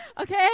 okay